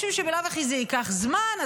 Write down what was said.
משום שבלאו הכי זה ייקח זמן,